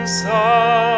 sun